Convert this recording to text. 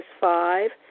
five